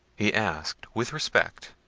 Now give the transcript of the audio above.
he asked, with respect,